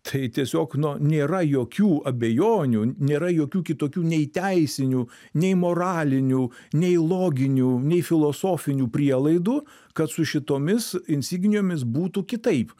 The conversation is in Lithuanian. tai tiesiog nu nėra jokių abejonių nėra jokių kitokių nei teisinių nei moralinių nei loginių nei filosofinių prielaidų kad su šitomis insignijomis būtų kitaip